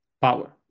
power